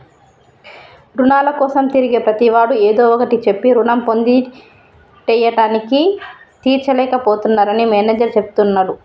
రుణాల కోసం తిరిగే ప్రతివాడు ఏదో ఒకటి చెప్పి రుణం పొంది టైయ్యానికి తీర్చలేక పోతున్నరని మేనేజర్ చెప్తున్నడు